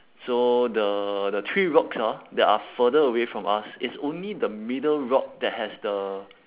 so the the three rocks ah that are further away from us it's only the middle rock that has the